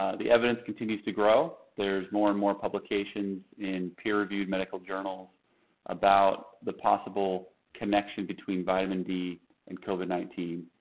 um the evidence continues to grow. there's more and more publications in peer-reviewed medical journals about the possible connection between vitamin d and covid nineteen.